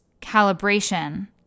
calibration